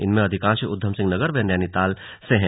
इनमें अधिकांश उधमसिंह नगर व नैनीताल से हैं